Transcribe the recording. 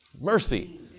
Mercy